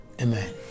amen